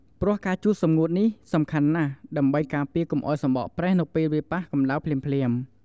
ព្រោះការជូតសម្ងួតនេះសំខាន់ណាស់ ដើម្បីការពារកុំឱ្យសំបកប្រេះនៅពេលវាប៉ះកម្តៅភ្លាមៗ។